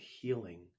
healing